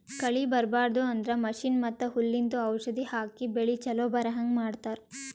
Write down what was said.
ಕಳಿ ಬರ್ಬಾಡದು ಅಂದ್ರ ಮಷೀನ್ ಮತ್ತ್ ಹುಲ್ಲಿಂದು ಔಷಧ್ ಹಾಕಿ ಬೆಳಿ ಚೊಲೋ ಬರಹಂಗ್ ಮಾಡತ್ತರ್